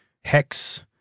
hex